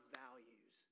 values